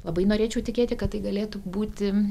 labai norėčiau tikėti kad tai galėtų būti